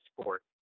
sport